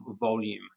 volume